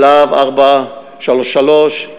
"להב 433",